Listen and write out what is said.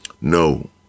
No